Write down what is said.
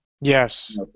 Yes